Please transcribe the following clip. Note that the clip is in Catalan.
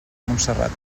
montserrat